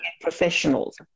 professionals